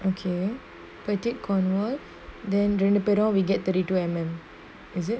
okay but take cornwall then ரெண்டுபேரு:renduperu we get thirty two M_M is it